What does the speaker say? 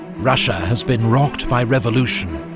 russia has been rocked by revolution,